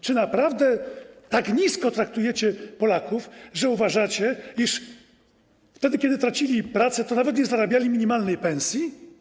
Czy naprawdę tak nisko traktujecie Polaków, że uważacie, iż wtedy kiedy tracili pracę, to nawet nie zarabiali minimalnej pensji?